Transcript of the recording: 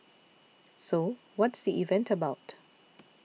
so what's the event about